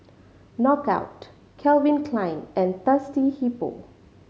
Knockout Calvin Klein and Thirsty Hippo